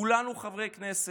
כולנו חברי כנסת,